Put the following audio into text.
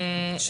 (היו"ר רון כץ,